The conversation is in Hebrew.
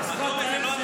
--- על מה החוק?